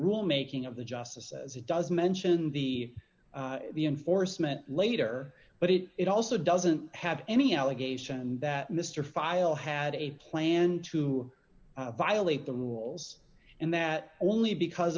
rule making of the justices it does mention the enforcement later but it it also doesn't have any allegation that mr file had a plan to violate the rules and that only because